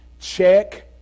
Check